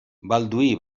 balduí